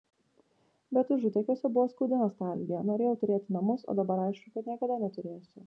bet užutekiuose buvo skaudi nostalgija norėjau turėti namus o dabar aišku kad niekada neturėsiu